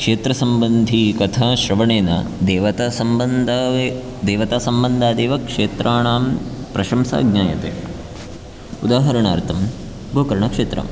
क्षेत्रसम्बन्धीकथाश्रवणेन देवतासम्बन्धा देवतासम्बन्धादेव क्षेत्राणां प्रशंसा ज्ञायते उदाहरणार्थं गोकर्णक्षेत्रं